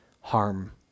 harm